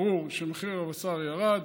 ברור שמחיר הבשר ירד,